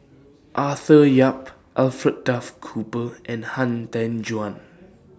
Arthur Yap Alfred Duff Cooper and Han Tan Juan